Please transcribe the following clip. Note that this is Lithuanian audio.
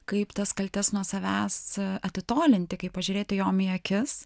kaip tas kaltes nuo savęs atitolinti kaip pažiūrėti jom į akis